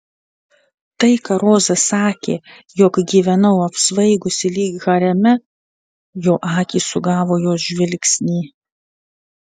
tai ką roza sakė jog gyvenau apsvaigusi lyg hareme jo akys sugavo jos žvilgsnį